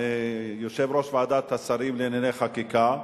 יושב-ראש ועדת השרים לענייני חקיקה,